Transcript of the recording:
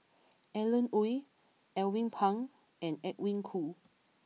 Alan Oei Alvin Pang and Edwin Koo